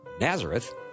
Nazareth